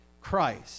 Christ